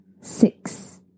six